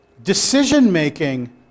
Decision-making